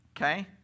Okay